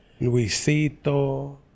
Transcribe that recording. Luisito